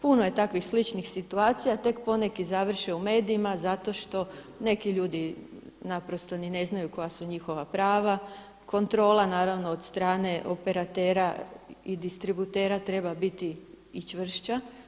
Puno je takvih sličnih situacija, tek poneki završe ui medijima zato što neki ljudi naprosto ni ne znaju koja su njihova prava, kontrola naravno od strane operatera i distributera treba biti i čvršća.